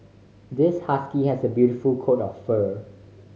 this husky has a beautiful coat of fur